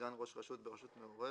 סגן ראש רשות ברשות מעורבת),